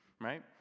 right